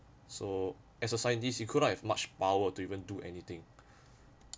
so as a scientist you couldn't have much power to even do anything